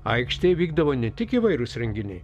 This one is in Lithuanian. aikštėj vykdavo ne tik įvairūs renginiai